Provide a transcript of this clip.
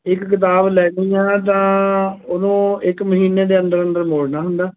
ਇੱਕ ਕਿਤਾਬ ਲੈਣੀ ਆ ਤਾਂ ਉਹਨੂੰ ਇੱਕ ਮਹੀਨੇ ਦੇ ਅੰਦਰ ਅੰਦਰ ਮੋੜਨਾ ਹੁੰਦਾ